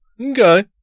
Okay